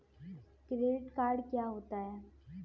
Credit card क्या होता है?